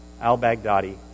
al-Baghdadi